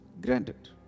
Granted